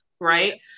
right